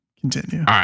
Continue